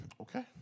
Okay